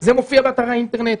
זה מופיע באתר באינטרנט.